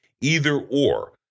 either-or